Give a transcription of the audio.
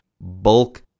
bulk